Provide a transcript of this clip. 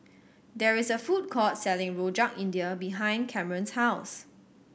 there is a food court selling Rojak India behind Camron's house